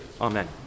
Amen